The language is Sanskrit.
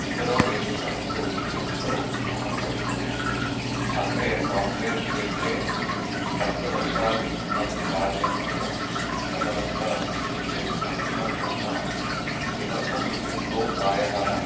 पितरौ एतत् पठतु इति उक्तौ अहं पठितम् अग्रे साफ्ट्वेयर् क्षेत्रे सप्तवर्षादिकं कार्यं कृतं तदनन्तरं किञ्चित् संस्कृतं पठितः किमर्थ इत्युक्तौ प्रायः